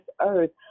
earth